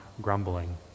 grumbling